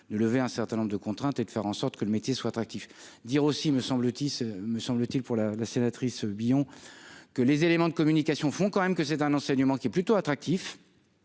ne lever un certain nombre de contraintes et de faire en sorte que le métier soit attractif dire aussi, me semble-t-il, me semble-t-il pour la la sénatrice Billon que les éléments de communication font quand même que c'est un enseignement qui est plutôt attractifs